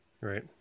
Right